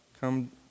Come